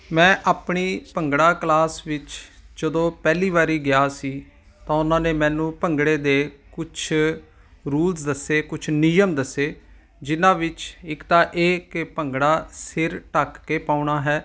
ਮੈਂ ਆਪਣੀ ਭੰਗੜਾ ਕਲਾਸ ਵਿੱਚ ਜਦੋਂ ਪਹਿਲੀ ਵਾਰੀ ਗਿਆ ਸੀ ਤਾਂ ਉਹਨਾਂ ਨੇ ਮੈਨੂੰ ਭੰਗੜੇ ਦੇ ਕੁਛ ਰੂਲਸ ਦੱਸੇ ਕੁਝ ਨਿਯਮ ਦੱਸੇ ਜਿੰਨਾਂ ਵਿੱਚ ਇੱਕ ਤਾਂ ਇਹ ਕਿ ਭੰਗੜਾ ਸਿਰ ਢੱਕ ਕੇ ਪਾਉਣਾ ਹੈ